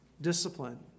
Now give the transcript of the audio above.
discipline